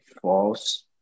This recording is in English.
false